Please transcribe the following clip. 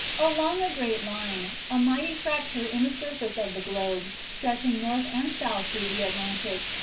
along a great line, a mighty fracture in the surface of the globe, stretching north and south through the atlantic,